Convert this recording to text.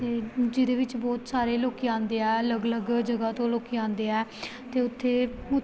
ਅਤੇ ਜਿਹਦੇ ਵਿੱਚ ਬਹੁਤ ਸਾਰੇ ਲੋਕ ਆਉਂਦੇ ਆ ਅਲੱਗ ਅਲੱਗ ਜਗ੍ਹਾ ਤੋਂ ਲੋਕ ਆਉਂਦੇ ਆ ਅਤੇ ਉੱਥੇ ਉਥ